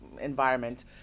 environment